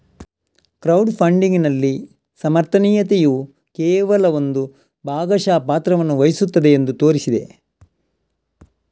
crowd ಫಂಡಿಗಿನಲ್ಲಿ ಸಮರ್ಥನೀಯತೆಯು ಕೇವಲ ಒಂದು ಭಾಗಶಃ ಪಾತ್ರವನ್ನು ವಹಿಸುತ್ತದೆ ಎಂದು ತೋರಿಸಿದೆ